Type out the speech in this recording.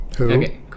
Okay